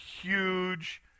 huge